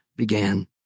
began